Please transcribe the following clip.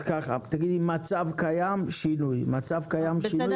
תגידי מצב קיים, שינוי, מצב קיים, שינוי,